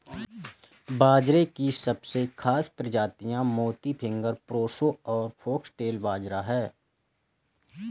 बाजरे की सबसे खास प्रजातियाँ मोती, फिंगर, प्रोसो और फोक्सटेल बाजरा है